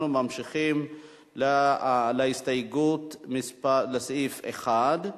אנחנו ממשיכים להסתייגות לסעיף 1,